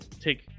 take